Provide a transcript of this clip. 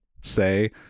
say